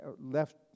left